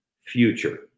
future